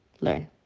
learn